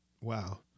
Wow